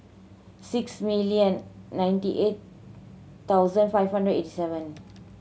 six million ninety eight thousand five hundred and eighty seven